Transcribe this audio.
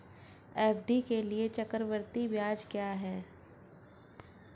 FD के लिए चक्रवृद्धि ब्याज क्या है?